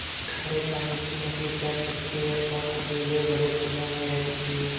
खारे पानी की मछली तैर सकती है और अकेले बड़े समूह में रह सकती है